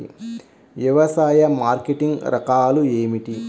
వ్యవసాయ మార్కెటింగ్ రకాలు ఏమిటి?